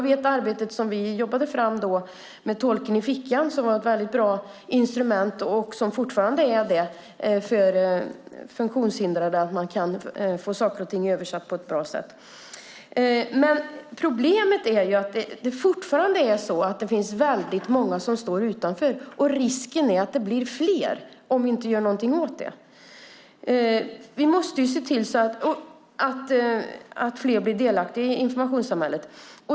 Vi jobbade då bland annat fram Tolken i fickan, som var ett väldigt bra instrument och fortfarande är det för funktionshindrade. Det handlar om att man kan få saker översatta på ett bra sätt. Problemet är att det fortfarande finns väldigt många som står utanför, och risken är att det blir fler om vi inte gör någonting åt det. Vi måste se till att fler blir delaktiga i informationssamhället.